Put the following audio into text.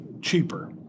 cheaper